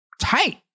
tight